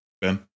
Ben